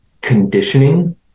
conditioning